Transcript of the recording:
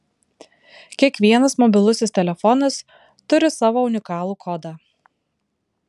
kiekvienas mobilusis telefonas turi savo unikalų kodą